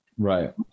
Right